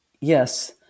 Yes